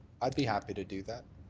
i'd be happy to do that.